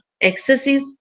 excessive